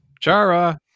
Chara